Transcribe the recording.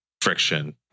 friction